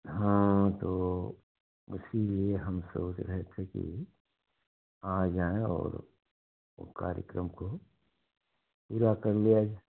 हाँ तो इसी लिए लिए हम सोच रहे थे कि आज आए और कार्यक्रम को पूरा कर लें आज